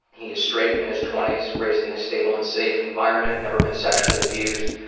he is straight, in his twenty s, raised in a stable and safe environment, never been sexually abused.